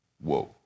Whoa